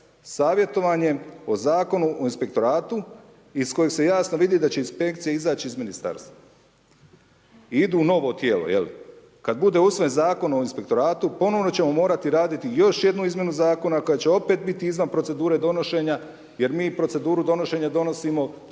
savjetovanje o zakonu o inspektoratu iz kojeg se jasno vidi da će inspekcija izać iz ministarstva i idu u novo tijelo. Kad bude usvojen zakon o inspektoratu ponovno ćemo morati raditi još jednu izmjenu zakona koja će opet biti izvan procedure donošenja jer mi proceduru donošenja donosimo